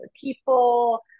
people